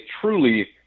truly